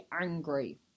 angry